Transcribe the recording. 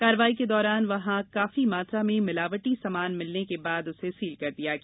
कार्यवाही के दौरान वहां काफी मात्रा में मिलावटी समान मिलने के बाद उसे सील कर दिया गया